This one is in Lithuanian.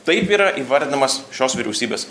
taip yra įvardinamas šios vyriausybės